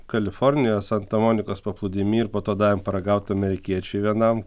kalifornijos santa monikos paplūdimy ir po to davėm paragaut amerikiečiui vienam